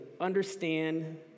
understand